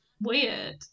weird